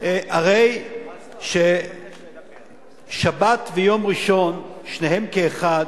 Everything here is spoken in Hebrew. הרי ששבת ויום ראשון, שניהם כאחד,